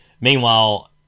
Meanwhile